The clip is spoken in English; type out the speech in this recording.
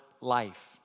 life